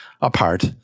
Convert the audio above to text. apart